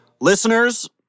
Listeners